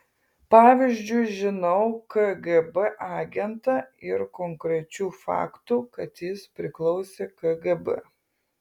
pavyzdžiui žinau kgb agentą ir konkrečių faktų kad jis priklausė kgb